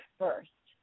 first